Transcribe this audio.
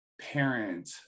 parent